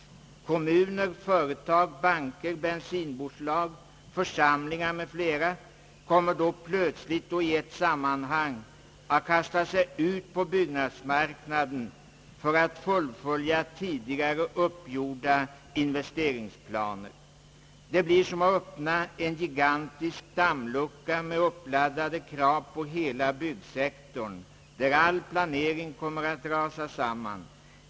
Kommuner, företag, banker, bensinbolag, församlingar m.fl. kommer då plötsligt och i ett sammanhang att kasta sig ut på byggmarknaden för att fullfölja tidigare uppgjorda investeringsplaner. Det blir som att öppna en gigantisk dammlucka med uppladdade krav på hela byggsektorn, där all planering kommer att rasa samman.